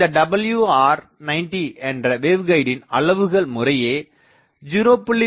இந்த WR 90 என்ற வேவ்கைடின் அளவுகள் முறையே 0